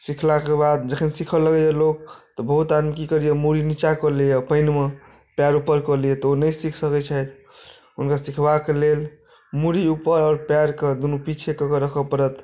सिखलाके बाद जखन सिखए लगैया लोक तऽ बहुत आदमी की करैया मुरी नीचाँ कऽ लैया पानिमे पैर ऊपर कऽ लैया तऽ ओ नही सीख सकैत छथि हुनका सिखबाके लेल मुरी ऊपर आओर पैरके दुनू ऊपर कऽ कऽ रखै पड़त